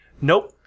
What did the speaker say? Nope